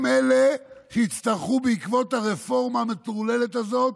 הם שיצטרכו בעקבות הרפורמה המטורללת הזאת